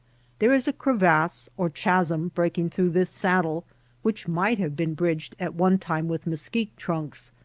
there is a crevasse or chasm breaking through this saddle which might have been bridged at one time with mesquite trunks,